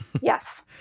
Yes